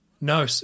No